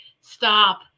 stop